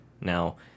Now